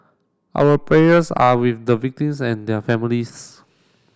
our prayers are with the victims and their families